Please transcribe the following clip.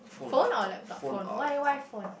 phone or laptop phone why why phone